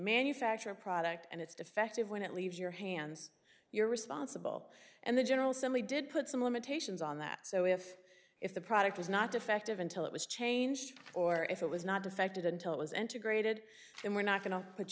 manufacture a product and it's defective when it leaves your hands you're responsible and the general assembly did put some limitations on that so if if the product was not defective until it was changed or if it was not affected until it was integrated and we're not go